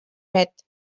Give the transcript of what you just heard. nét